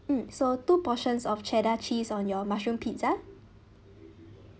mm so two portions of cheddar cheese on your mushroom pizza